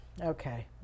Okay